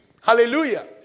Hallelujah